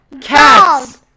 Cats